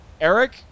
Eric